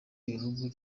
ibihugu